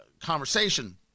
conversation